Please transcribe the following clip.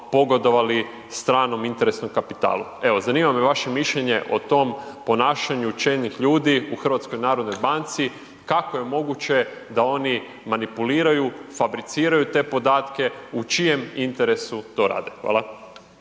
pogodovali stranom interesnom kapitalu. Evo zanima me vaše mišljenje o tom ponašanju čelnih ljudi u HNB-u, kako je moguće da oni manipuliraju, fabriciraju te podatke, u čijem interesu to rade? Hvala.